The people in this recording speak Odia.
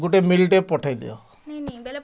ଗୋଟେ ମିଲ୍ଟେ ପଠେଇ ଦିଅ